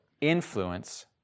influence